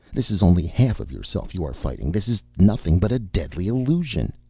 this is only half of yourself you are fighting, this is nothing but a deadly illusion.